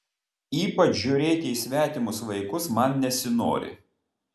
ypač žiūrėti į svetimus vaikus man nesinori